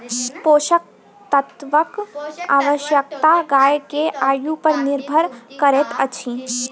पोषक तत्वक आवश्यकता गाय के आयु पर निर्भर करैत अछि